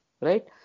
Right